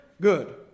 good